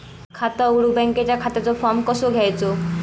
खाता उघडुक बँकेच्या खात्याचो फार्म कसो घ्यायचो?